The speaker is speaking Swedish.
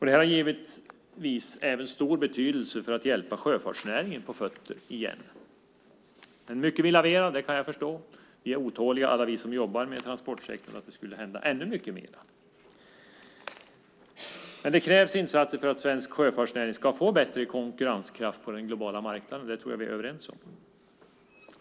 Det har givetvis även stor betydelse för att hjälpa sjöfartsnäringen på fötter igen. Men mycket vill ha mer; det kan jag förstå. Alla vi som jobbar med transportsektorn är otåliga och vill att det ska hända ännu mycket mer. Det krävs insatser för att svensk sjöfartsnäring ska få bättre konkurrenskraft på den globala marknaden. Det tror jag att vi är överens om.